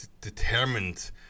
determined